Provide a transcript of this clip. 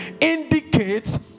indicates